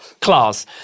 claws